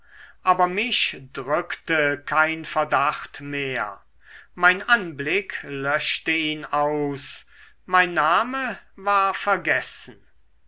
aber mich drückte kein verdacht mehr mein anblick löschte ihn aus mein name war vergessen